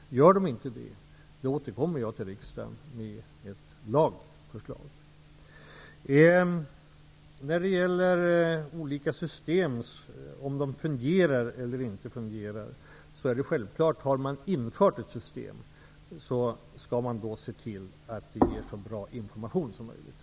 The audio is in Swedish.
Om de inte gör det, återkommer jag till riksdagen med ett lagförslag. När det gäller om olika system fungerar eller inte, är det självklart att om man har infört ett system skall man se till att det ger så bra information som möjligt.